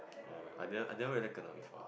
err I never I never really kenna before